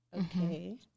Okay